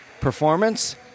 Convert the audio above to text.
performance